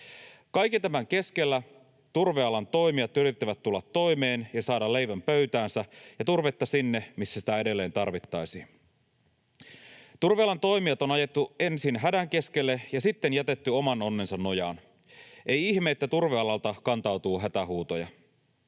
Kaiken tämän keskellä turvealan toimijat yrittävät tulla toimeen ja saada leivän pöytäänsä ja turvetta sinne, missä sitä edelleen tarvittaisiin. Turvealan toimijat on ajettu ensin hädän keskelle ja sitten jätetty oman onnensa nojaan. Ei ihme, että turvealalta kantautuu hätähuutoja.